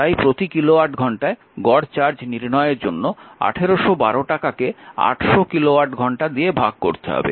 তাই প্রতি কিলোওয়াট ঘন্টায় গড় চার্জ নির্ণয়ের জন্য 1812 টাকাকে 800 কিলোওয়াট ঘন্টা দিয়ে ভাগ করতে হবে